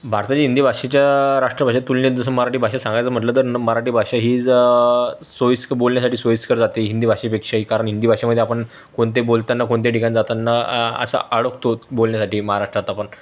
भारताची हिंदी भाषेच्या राष्ट्रभाषेत तुलनेत जसं मराठी भाषेत सांगायचं म्हटलं तर मराठी भाषा हीच सोइस्कर बोलण्यासाठी सोइस्कर जाते हिंदी भाषेपेक्षाही कारण हिंदी भाषेमध्ये आपण कोणतेही बोलताना कोणत्याही ठिकाणी जाताना असा अडकतो बोलण्यासाठी महाराष्ट्रात आपण